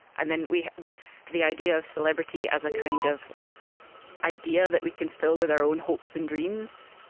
and then we with the idea of celebrity as a kind of idea that we can fill with our own hopes and dreams,